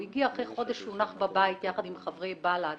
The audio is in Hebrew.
הוא הגיע אחרי חודש שהוא נח בבית יחד עם חברי בל"ד